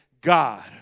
God